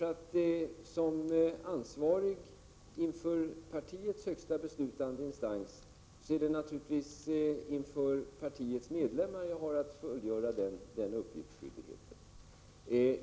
Som ansvarig inför partiets högsta beslutande instans är det naturligtvis inför partiets medlemmar jag har att fullfölja den skyldigheten.